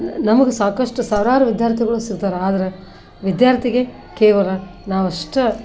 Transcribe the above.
ನ ನಮಗೆ ಸಾಕಷ್ಟು ಸಾವಿರಾರು ವಿದ್ಯಾರ್ಥಿಗಳು ಸಿಗ್ತಾರೆ ಆದರೆ ವಿದ್ಯಾರ್ಥಿಗೆ ಕೇವಲ ನಾವಷ್ಟೇ